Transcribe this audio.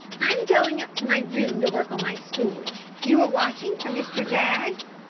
i'm going up to my room to work on my story. you are watching for mr. jaggs?